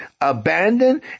abandoned